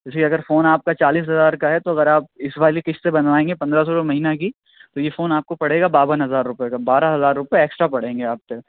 جیسے اگر فون آپ کا چالیس ہزار کا ہے تو اگر آپ اِس والی قسط سے بنوائیں گے پندرہ سو روپیے مہینہ کی تو یہ فون آپ کو پڑے گا باون ہزار روپیے کا بارہ ہزار روپیے ایکسٹرا پڑیں گے آپ پہ